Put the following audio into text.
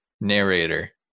Narrator